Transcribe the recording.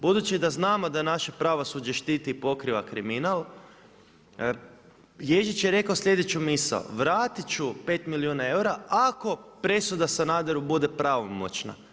Budući da znamo da naše pravosuđe štiti i pokriva kriminal, Ježić je rekao sljedeću misao, vratiti ću 5 milijuna eura, ako presuda Sanaderu bude pravomoćna.